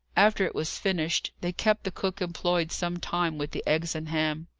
after it was finished, they kept the cook employed some time with the eggs and ham.